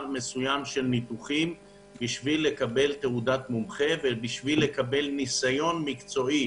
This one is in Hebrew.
מסוים של ניתוחים כדי לקבל תעודת מומחה ובשביל לקבל ניסיון מקצועי